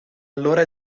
allora